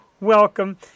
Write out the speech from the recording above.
welcome